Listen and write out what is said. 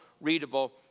readable